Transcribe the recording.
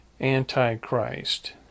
Antichrist